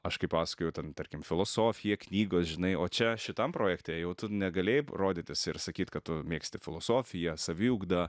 aš kaip pasakojau ten tarkim filosofija knygos žinai o čia šitam projekte jau tu negalėjai rodytis ir sakyt kad tu mėgsti filosofiją saviugdą